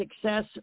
success